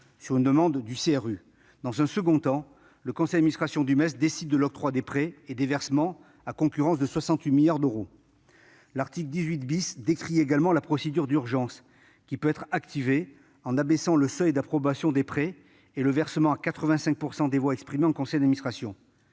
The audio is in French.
-sur demande du CRU. Dans un second temps, le conseil d'administration du MES décide de l'octroi des prêts et des versements jusqu'à 68 milliards d'euros. Cet article décrit également la procédure d'urgence qui peut être activée en cas de menace et abaisse le seuil d'approbation des prêts et versements à 85 % des voix exprimées en conseil d'administration.